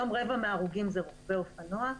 היום רבע מההרוגים זה רוכבי אופנוע.